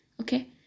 Okay